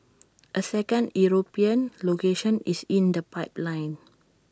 A second european location is in the pipeline